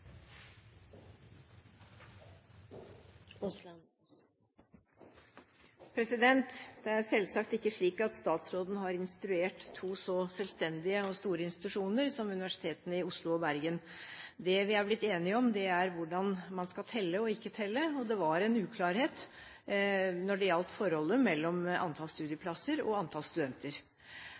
Oslo og Bergen. Det vi har blitt enige om, er hvordan man skal telle og ikke telle. Det var en uklarhet når det gjaldt forholdet mellom antall studieplasser og antall studenter.